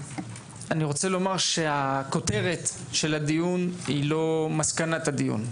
אני רוצה לומר שהכותרת של הדיון היא לא מסקנת הדיון.